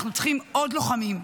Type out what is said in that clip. אנחנו צריכים עוד לוחמים,